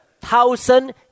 thousand